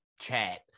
chat